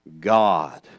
God